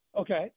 Okay